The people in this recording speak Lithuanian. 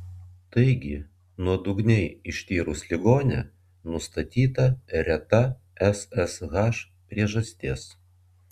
taigi nuodugniai ištyrus ligonę nustatyta reta ssh priežastis